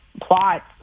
plots